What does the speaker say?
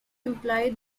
imply